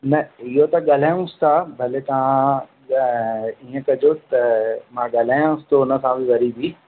न इहो त ॻाल्हायूंसि था भले तव्हां इएं कजोसि त मां ॻाल्हायां थो उन सां वरी बि